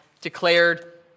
declared